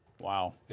Wow